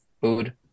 food